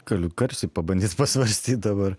galiu garsiai pabandyt pasvarstyt dabar